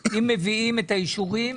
אם מביאים את האישורים,